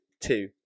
Two